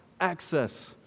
access